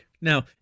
Now